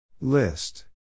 List